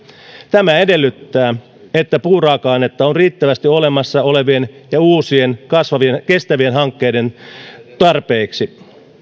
tämä edellyttää että puuraaka ainetta on riittävästi olemassa olevien ja uusien kestävien hankkeiden tarpeiksi